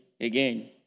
again